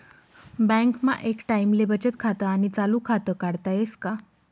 बँकमा एक टाईमले बचत खातं आणि चालू खातं काढता येस का?